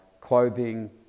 clothing